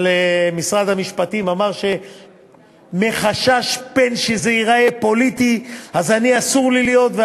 אבל משרד המשפטים אמר שמחשש שזה ייראה פוליטי אסור לי להיות שם.